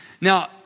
Now